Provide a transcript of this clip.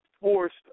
forced